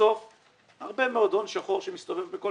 בסוף הרבה מאוד הון שחור שמסתובב בהרבה